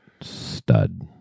stud